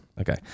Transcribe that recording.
Okay